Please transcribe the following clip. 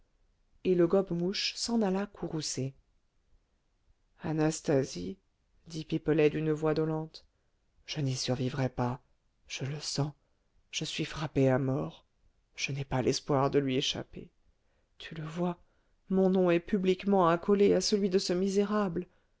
et le gobe mouche s'en alla courroucé anastasie dit pipelet d'une voix dolente je n'y survivrai pas je le sens je suis frappé à mort je n'ai pas l'espoir de lui échapper tu le vois mon nom est publiquement accolé à celui de ce misérable